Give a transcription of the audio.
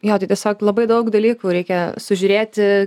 jo tai tiesiog labai daug dalykų reikia sužiūrėti